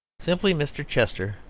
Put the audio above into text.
similarly mr. chester,